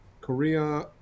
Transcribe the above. korea